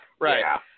Right